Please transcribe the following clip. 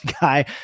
guy